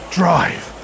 drive